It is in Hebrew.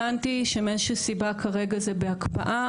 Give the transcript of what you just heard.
הבנתי שמאיזושהי סיבה כרגע זה בהקפאה,